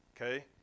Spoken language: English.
Okay